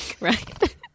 Right